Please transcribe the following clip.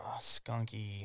skunky